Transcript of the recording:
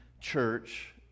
church